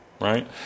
right